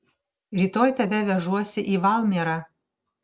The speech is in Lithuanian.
rytoj tave vežuosi į valmierą